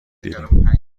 دیدیم